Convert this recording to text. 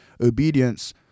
obedience